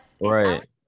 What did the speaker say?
right